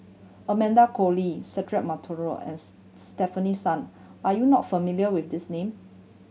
Amanda Koe Lee Cedric Monteiro and Stefanie Sun are you not familiar with these name